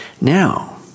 Now